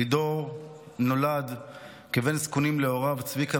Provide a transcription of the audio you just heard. לידור נולד כבן זקונים להוריו צביקה